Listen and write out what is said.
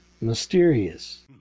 mysterious